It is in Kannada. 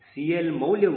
CL ಮೌಲ್ಯವು 0